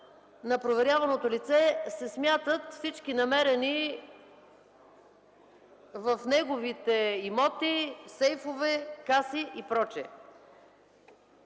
на проверяваното лице се смятат всички намерени в неговите имоти сейфове, каси и прочие.